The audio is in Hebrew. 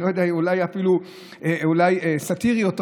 אני לא יודע אם סטירי או טרגי,